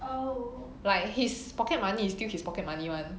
oh like his pocket money is still his pocket money [one]